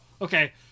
okay